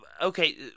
Okay